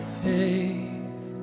faith